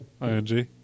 I-N-G